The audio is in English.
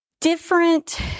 different